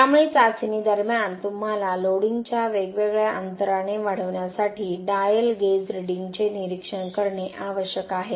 त्यामुळे चाचणी दरम्यान तुम्हाला लोडिंगच्या वेगवेगळ्या अंतराने वाढवण्यासाठी डायल गेज रीडिंगचे निरीक्षण करणे आवश्यक आहे